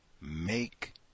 Make